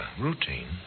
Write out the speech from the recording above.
Routine